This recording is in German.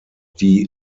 die